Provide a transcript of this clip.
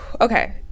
okay